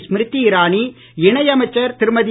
ஸ்மிருதி இரானி இணை அமைச்சர் திருமதி